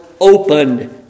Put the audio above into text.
opened